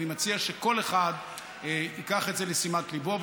אני מציע שכל אחד ייקח את זה לשימת ליבו,